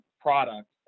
product